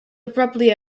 abruptly